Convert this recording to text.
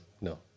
no